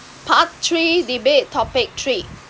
part three debate topic three